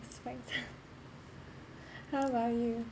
expected how about you